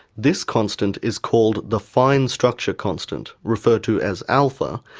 this constant is called the fine structure constant, referred to as alpha,